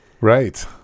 Right